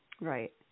right